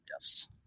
Yes